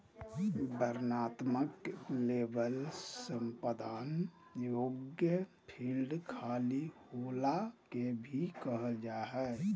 वर्णनात्मक लेबल संपादन योग्य फ़ील्ड खाली होला के भी कहल जा हइ